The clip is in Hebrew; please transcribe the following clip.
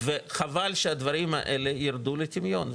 וחבל שהדברים האלה ירדו לטמיון.